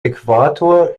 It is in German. äquator